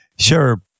Sure